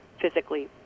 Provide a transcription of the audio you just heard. physically